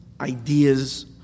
ideas